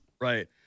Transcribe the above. Right